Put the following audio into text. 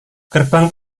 gerbang